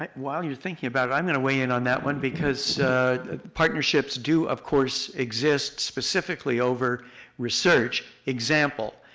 like while you're thinking about it, i'm going to weigh in on that one because partnerships do, of course, exist, specifically over research. example,